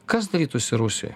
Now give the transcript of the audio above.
kas darytųsi rusijoj